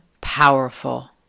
powerful